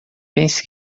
pense